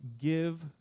give